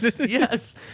yes